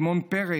שמעון פרס.